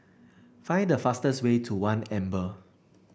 find the fastest way to One Amber